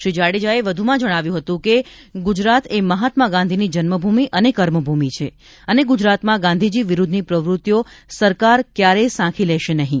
શ્રી જાડેજાએ વધુમાં જણાવ્યું હતું કે ગુજરાત એ મહાત્મા ગાંધીની જન્મભૂમી અને કર્મભૂમિ છે અને ગુજરાતમાં ગાંધીજી વિરુધ્ધની પ્રવૃત્તિઓ સરકાર ક્યારેય સાંખી લેશે નહિ